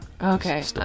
Okay